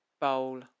bowl